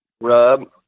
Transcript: rub